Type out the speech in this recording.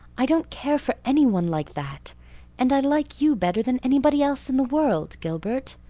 i don't care for any one like that and i like you better than anybody else in the world, gilbert.